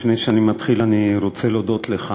לפני שאני מתחיל אני רוצה להודות לך